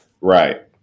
Right